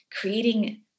Creating